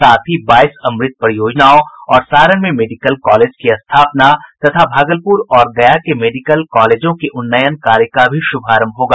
साथ ही बाईस अमृत परियोजनाओं और सारण में मेडिकल कॉलेज की स्थापना तथा भागलपुर और गया के मेडिकल कॉलेजों के उन्नयन कार्य का भी शुभारंभ होगा